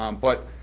um but